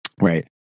Right